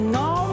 no